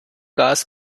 gas